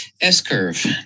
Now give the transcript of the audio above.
s-curve